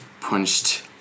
punched